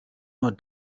nur